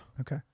Okay